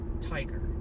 Tiger